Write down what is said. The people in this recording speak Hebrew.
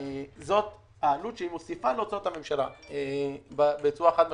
זו העלות שמוסיפה להוצאות הממשלה בצורה חד משמעית.